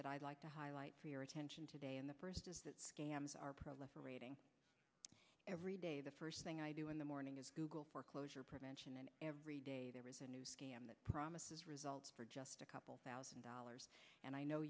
that i'd like to highlight for your attention today and the first is that scams are proliferating every day the first thing i do in the morning is google foreclosure prevention and every day there is a new promises results for just a couple thousand dollars and i know